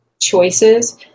choices